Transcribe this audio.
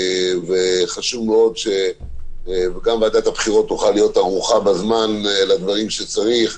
וחשוב מאוד שגם ועדת הבחירות תוכל להיות ערוכה בזמן לדברים שצריך,